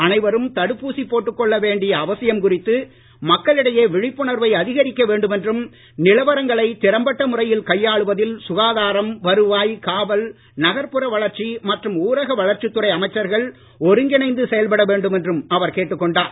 அனைவரும் தடுப்பூசி போட்டுக் கொள்ள வேண்டிய அவசியம் குறித்து மக்களிடையே விழிப்புணர்வை அதிகரிக்க வேண்டும் என்றும் நிலவரங்களை திறம்பட்ட முறையில் கையாளுவதில் சுகாதாரம் வருவாய் காவல் நகரப்புற வளர்ச்சி மற்றும் ஊரக வளர்ச்சித் துறை அமைச்சர்கள் ஒருங்கிணைந்து செயல்பட வேண்டும் என்றும் அவர் கேட்டுக் கொண்டார்